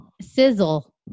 Sizzle